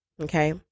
okay